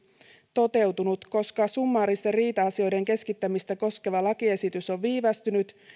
toteutunut koska summaaristen riita asioiden keskittämistä koskeva lakiesitys on viivästynyt